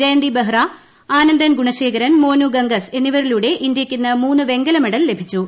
ജയന്തി ബെഹ്റ ആനന്ദൻ ഗുണശേഖരൻ മോനു ഗംഗസ് എന്നിവരിലൂടെ ഇന്ത്യക്ക് ഇന്ന് മൂന്ന് വെങ്കല മെഡൽ ലഭിച്ചു